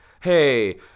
hey